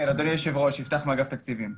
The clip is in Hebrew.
אני מאגף התקציבים.